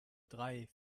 drei